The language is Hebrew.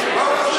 אז למה,